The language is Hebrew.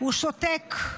הוא שותק.